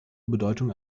bedeutung